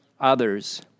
others